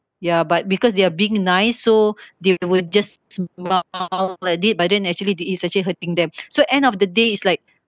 yeah but because they are being nice so they will just smile like this but then actually that is actually hurting them so end of the day is like